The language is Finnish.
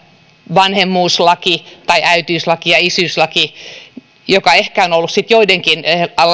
vanhemmuuslaki vai äitiyslaki ja isyyslaki mikä ehkä on ollut sitten joidenkin